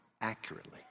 accurately